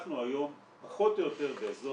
אנחנו היום פחות או יותר באזור